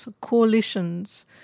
Coalitions